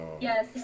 Yes